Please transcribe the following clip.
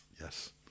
Yes